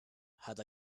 had